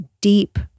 deep